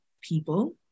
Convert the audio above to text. people